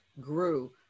grew